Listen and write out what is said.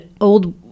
old